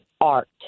art